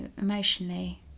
emotionally